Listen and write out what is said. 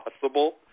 possible